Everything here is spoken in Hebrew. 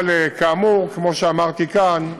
אבל, כאמור, כמו שאמרתי כאן,